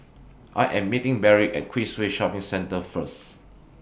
I Am meeting Berry At Queensway Shopping Centre First